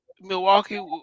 Milwaukee